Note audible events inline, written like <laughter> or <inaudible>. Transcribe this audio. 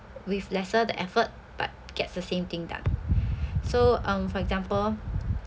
with lesser the effort but gets the same thing done <breath> so um for example